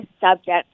subject